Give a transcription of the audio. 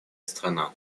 страна